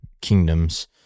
kingdoms